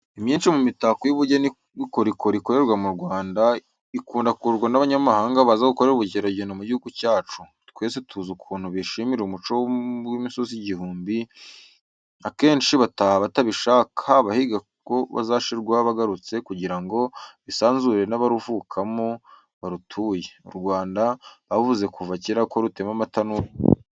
Imyinshi mu mitako y' ubugeni n'ubukorikori ikorerwa mu Rwanda ikunda kugurwa n'abanyamahanga baza gukorera ubukerarugendo mu gihugu cyacu. Twese tuzi ukuntu bishimira umuco wo mu rw'imisozi igihumbi, akenshi bataha batabishaka, bahiga ko bazashirwa byagarutse kugira ngo bisanzurane n'abaruvukamo, barutuye. U Rwanda bavuze kuva kera rutemba amata n'ubuki.